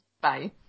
Bye